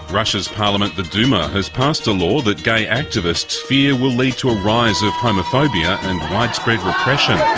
russia's parliament, the duma, has passed a law that gay activists fear will lead to a rise of homophobia and a widespread repression.